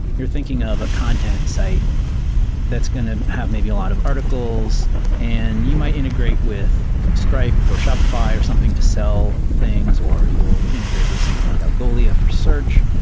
you're thinking of a content site that's going to have maybe a lot of articles and you might integrate with stripe or shopify or something to sell things or you will integrate with something like algolia for search,